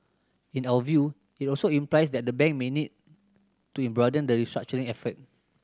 in our view it also implies that the bank may need to broaden the restructuring effort